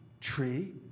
tree